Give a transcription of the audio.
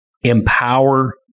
Empower